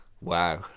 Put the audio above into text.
Wow